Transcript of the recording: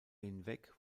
hinweg